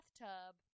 bathtub